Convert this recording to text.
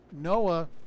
Noah